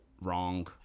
wrong